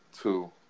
Two